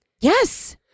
Yes